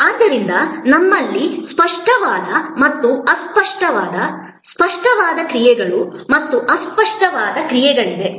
ಆದ್ದರಿಂದ ನಮ್ಮಲ್ಲಿ ಸ್ಪಷ್ಟವಾದ ಮತ್ತು ಅಸ್ಪಷ್ಟವಾದ ಸ್ಪಷ್ಟವಾದ ಕ್ರಿಯೆಗಳು ಮತ್ತು ಅಸ್ಪಷ್ಟ ಕ್ರಿಯೆಗಳಿವೆ